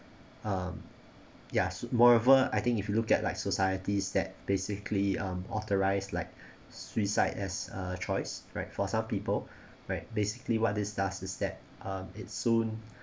um yeah suit moreover I think if you look at like societies that basically um authorized like suicide as a choice right for some people right basically what it does is that um it soon